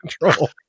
control